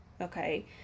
okay